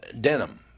denim